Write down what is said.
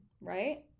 right